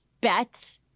bet